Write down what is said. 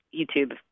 YouTube